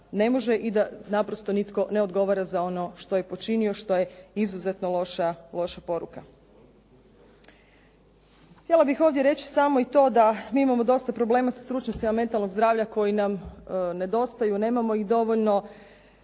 ne može i da naprosto nitko ne odgovara za ono što je počinio, što je izuzetno loša poruka. Htjela bih ovdje reći samo i to da mi imamo dosta problema sa stručnjacima mentalnog zdravlja koji nam nedostaju, nemamo ih dovoljno,